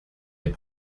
les